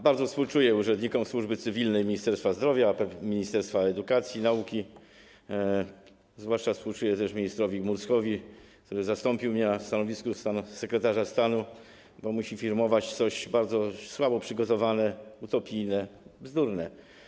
Bardzo współczuję urzędnikom służby cywilnej Ministerstwa Zdrowia, Ministerstwa Edukacji i Nauki, zwłaszcza współczuję ministrowi Murdzkowi, który zastąpił mnie na stanowisku sekretarza stanu, bo musi firmować coś, co jest bardzo słabo przygotowane, utopijne, bzdurne.